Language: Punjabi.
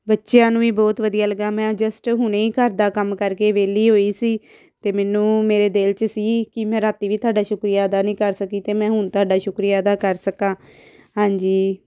ਬੱਚਿਆਂ ਨੂੰ ਵੀ ਬਹੁਤ ਵਧੀਆ ਲੱਗਾ ਮੈਂ ਜਸਟ ਹੁਣੇ ਹੀ ਘਰ ਦਾ ਕੰਮ ਕਰਕੇ ਵਿਹਲੀ ਹੋਈ ਸੀ ਅਤੇ ਮੈਨੂੰ ਮੇਰੇ ਦਿਲ 'ਚ ਸੀ ਕਿ ਮੈਂ ਰਾਤ ਵੀ ਤੁਹਾਡਾ ਸ਼ੁਕਰੀਆ ਅਦਾ ਨਹੀਂ ਕਰ ਸਕੀ ਤਾਂ ਮੈਂ ਹੁਣ ਤੁਹਾਡਾ ਸ਼ੁਕਰੀਆ ਅਦਾ ਕਰ ਸਕਾਂ ਹਾਂਜੀ